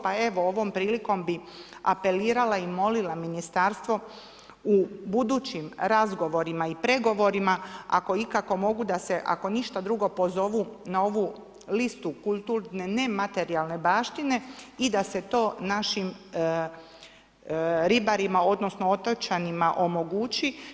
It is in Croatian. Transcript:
Pa evo, ovom prilikom bi apelirala i molila ministarstvo u budućim razgovorima i pregovorima ako ikako mogu da se, ako ništa drugo pozovu na ovu listu kulturne nematerijalne baštine i da se to našim ribarima, odnosno otočanima omogući.